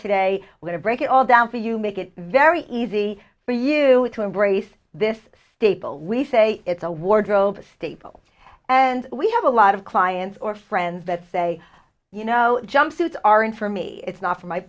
today later break it all down for you make it very easy for you to embrace this staple we say it's a wardrobe staple and we have a lot of clients or friends that say you know jumpsuits aren't for me it's not for my